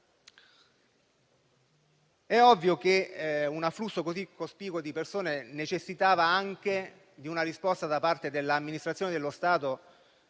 È ovvio che un afflusso così cospicuo di persone necessiti anche di una risposta da parte dell'amministrazione dello Stato